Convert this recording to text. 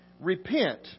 Repent